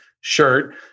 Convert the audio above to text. shirt